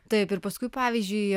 taip ir paskui pavyzdžiui